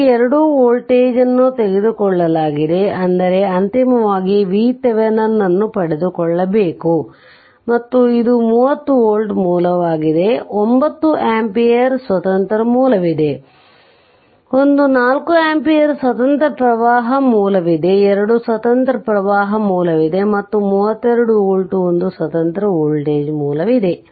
ಆದ್ದರಿಂದ ಈ 2 ವೋಲ್ಟೇಜ್ ಅನ್ನು ತೆಗೆದುಕೊಳ್ಳಲಾಗಿದೆ ಆದರೆ ಅಂತಿಮವಾಗಿ VTheveninಅನ್ನು ಪಡೆದುಕೊಳ್ಳಬೇಕು ಮತ್ತು ಇದು 30 ವೋಲ್ಟ್ ಮೂಲವಾಗಿದೆ 9 ಆಂಪಿಯರ್ ಸ್ವತಂತ್ರ ಮೂಲವಿದೆ ಒಂದು 4 ಆಂಪಿಯರ್ ಸ್ವತಂತ್ರ ಪ್ರವಾಹ ಮೂಲವಿದೆ 2 ಸ್ವತಂತ್ರ ಪ್ರವಾಹ ಮೂಲವಿದೆ ಮತ್ತು 32 volt ಒಂದು ಸ್ವತಂತ್ರ ವೋಲ್ಟೇಜ್ ಮೂಲವಿದೆ